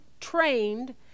trained